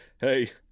hey